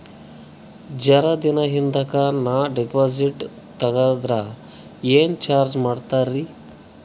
ಜರ ದಿನ ಹಿಂದಕ ನಾ ಡಿಪಾಜಿಟ್ ತಗದ್ರ ಏನ ಚಾರ್ಜ ಮಾಡ್ತೀರಿ?